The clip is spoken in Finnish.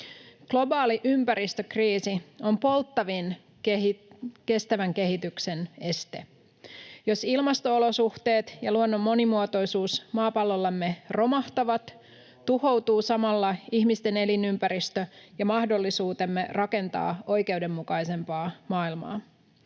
Globaali ympäristökriisi on polttavin kestävän kehityksen este. Jos ilmasto-olosuhteet ja luonnon monimuotoisuus maapallollamme romahtavat, tuhoutuu samalla ihmisten elinympäristö ja mahdollisuutemme rakentaa oikeudenmukaisempaa maailmaa.